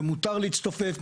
ומותר להצטופף,